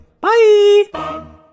Bye